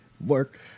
Work